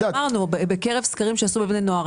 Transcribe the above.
אמרנו שבקרב סקרים שעשו בבני נוער,